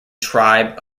tribe